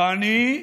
ואני,